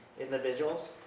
individuals